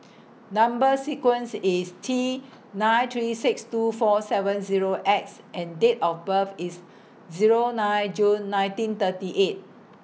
Number sequence IS T nine three six two four seven Zero X and Date of birth IS Zero nine June nineteen thirty eight